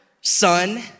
Son